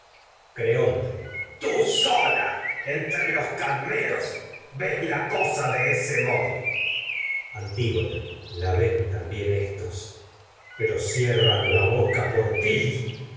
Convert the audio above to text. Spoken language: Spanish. quieran creonte tú sola entre los cadmeos ves la cosa de ese modo la antígona boca ven también éstos pero cierran la por ti